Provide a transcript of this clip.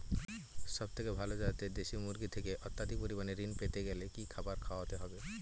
সবথেকে ভালো যাতে দেশি মুরগির থেকে অত্যাধিক পরিমাণে ঋণ পেতে গেলে কি খাবার খাওয়াতে হবে?